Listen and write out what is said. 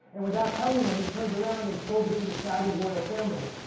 and without telling them he turned around and sold it to the saudi royal family,